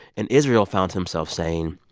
and israel found himself saying,